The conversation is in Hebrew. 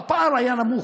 אבל הפער היה נמוך.